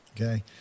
Okay